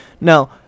Now